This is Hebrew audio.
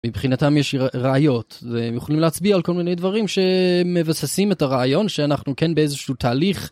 מבחינתם יש ראיות, הם יכולים להצביע על כל מיני דברים שמבססים את הרעיון שאנחנו כן באיזשהו תהליך.